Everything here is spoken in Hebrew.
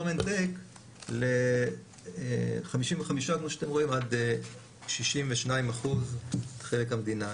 government take ל-55% עד 62% חלק המדינה.